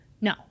no